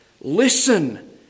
listen